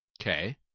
Okay